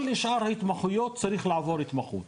כל שאר ההתמחויות צריך לעבור התמחות,